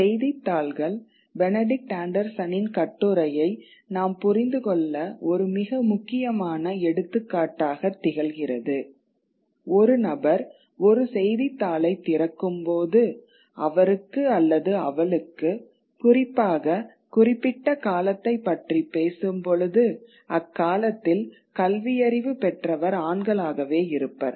செய்தித்தாள்கள் பெனடிக்ட் ஆண்டர்சனின் கட்டுரையை நாம் புரிந்து கொள்ள ஒரு மிக முக்கியமான எடுத்துக்காட்டாக திகழ்கிறது ஒரு நபர் ஒரு செய்தித்தாளைத் திறக்கும்போது அவருக்கு அல்லது அவளுக்கு குறிப்பாக குறிப்பிட்ட காலத்தை பற்றி பேசும் பொழுது அக்காலத்தில் கல்வியறிவு பெற்றவர் ஆண்களாகவே இருப்பர்